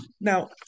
Now